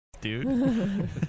dude